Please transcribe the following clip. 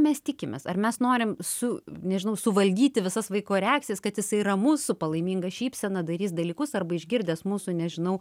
mes tikimės ar mes norim su nežinau suvaldyti visas vaiko reakcijas kad jisai ramus su palaiminga šypsena darys dalykus arba išgirdęs mūsų nežinau